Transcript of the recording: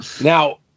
Now